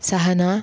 सहना